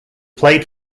played